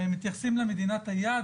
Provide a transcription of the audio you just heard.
הם מתייחסים למדינת היעד,